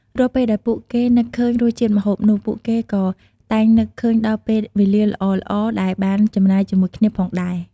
រាល់ពេលដែលពួកគេនឹកឃើញរសជាតិម្ហូបនោះ ពួកគេក៏តែងនឹកឃើញដល់ពេលវេលាល្អៗដែលបានចំណាយជាមួយគ្នាផងដែរ។